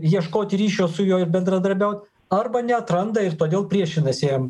ieškoti ryšio su juo ir bendradarbiaut arba neatranda ir todėl priešinasi jam